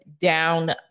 down